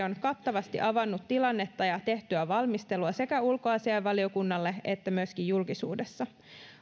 on kattavasti avannut tilannetta ja tehtyä valmistelua sekä ulkoasiainvaliokunnalle että myöskin julkisuudessa